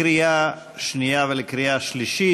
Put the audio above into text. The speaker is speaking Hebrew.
קריאה שנייה וקריאה שלישית.